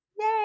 Yay